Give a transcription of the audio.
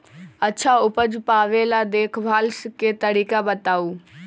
अच्छा उपज पावेला देखभाल के तरीका बताऊ?